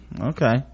Okay